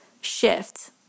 shift